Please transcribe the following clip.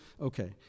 okay